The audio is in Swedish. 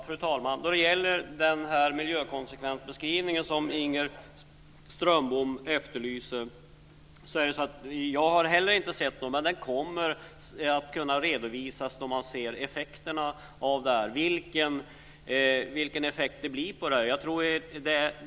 Fru talman! Den miljökonsekvensbeskrivning som Inger Strömbom efterlyser har inte jag heller sett, men den kommer att kunna redovisas då man ser vilken effekt det blir av detta.